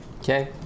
Okay